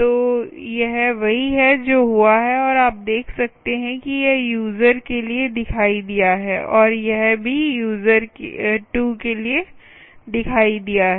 तो यह वही है जो हुआ है और आप देख सकते हैं कि यह यूजर के लिए दिखाई दिया है और यह भी यूजर 2 के लिए दिखाई दिया है